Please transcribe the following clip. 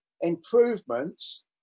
improvements